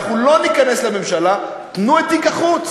אנחנו לא ניכנס לממשלה, תנו את תיק החוץ.